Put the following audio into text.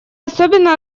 особенно